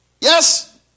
Yes